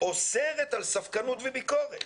אוסרת על ספקנות וביקורת.